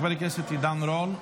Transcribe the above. חבר הכנסת עידן רול,